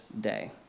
day